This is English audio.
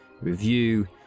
review